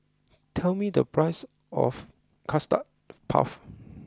tell me the price of Custard Puff